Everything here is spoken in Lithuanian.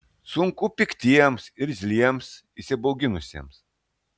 sunku piktiems irzliems įsibauginusiems